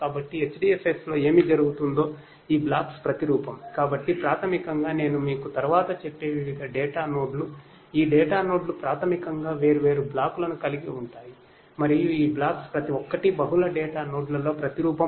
కాబట్టి HDFS లో ఏమి జరుగుతుందో ఈ బ్లాక్స్ ప్రతిరూపం